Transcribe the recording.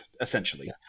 essentially